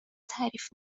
تعریف